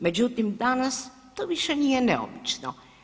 Međutim, danas to više nije neobično.